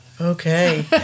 Okay